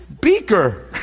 beaker